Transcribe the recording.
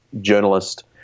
journalist –